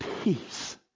peace